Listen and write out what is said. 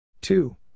two